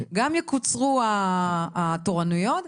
גם יקוצרו התורנויות,